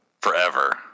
forever